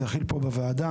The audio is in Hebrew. להכיל פה בוועדה,